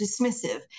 dismissive